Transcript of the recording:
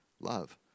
love